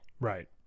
Right